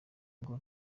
ngo